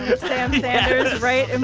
sam sanders right and